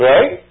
Right